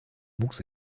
wuchs